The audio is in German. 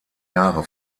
jahre